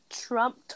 Trump